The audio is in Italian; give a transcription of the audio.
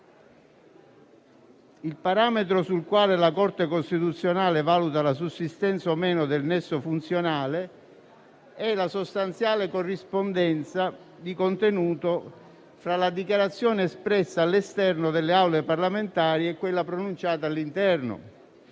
Il parametro sul quale la Corte costituzionale valuta la sussistenza o meno del nesso funzionale è la sostanziale corrispondenza di contenuto tra la dichiarazione espressa all'esterno delle Aule parlamentari e quella pronunciata all'interno,